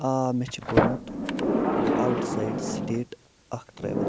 آ مےٚ چھِ کوٚرمُت اَوُٹ سایڈ سِٹیٹ اکھ ٹرٛٮ۪ول